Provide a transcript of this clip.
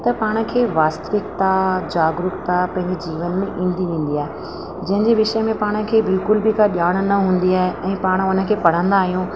त पाण खे वास्तविकता जागरुकता पंहिंजे जीवन में ईंदी वेंदी आहे जंहिं जंहिं विषय में पाण खे बिल्कुल बि का ॼाण न हूंदी आहे उन पाण हुनखे पढ़दा आहियूं